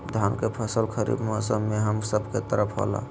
धान के फसल खरीफ मौसम में हम सब के तरफ होला